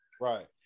Right